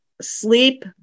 sleep